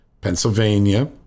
Pennsylvania